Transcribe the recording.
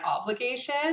obligation